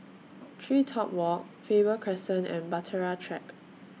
TreeTop Walk Faber Crescent and Bahtera Track